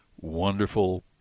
wonderful